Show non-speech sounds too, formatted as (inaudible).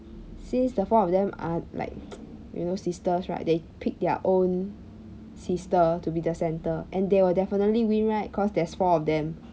since the four of them are like (noise) you know sisters right they pick their own sister to be the centre and they will definitely win right cause there's four of them